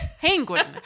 penguin